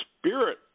spirit